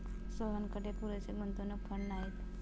सोहनकडे पुरेसे गुंतवणूक फंड नाहीत